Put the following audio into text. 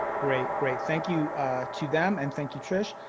great great thank you to them and thank you trish.